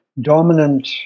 dominant